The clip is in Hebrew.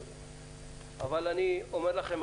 אבל אני אומר לכם,